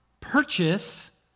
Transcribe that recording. purchase